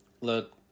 look